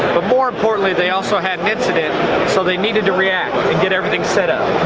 more importantly they also had an incident so they needed to react and get everything set up.